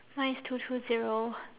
mine is two two zero